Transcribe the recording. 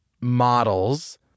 models